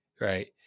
right